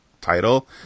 title